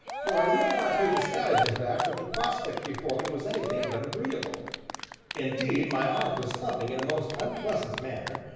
for i will not here disguise the fact that the prospect before me was anything but agreeable indeed my heart was thumping in a most unpleasant manner,